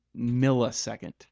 millisecond